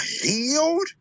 healed